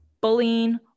bullying